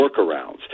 workarounds